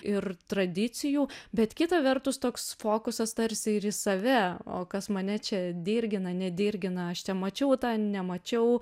ir tradicijų bet kita vertus toks fokusas tarsi ir į save o kas mane čia dirgina nedirgina aš čia mačiau tą nemačiau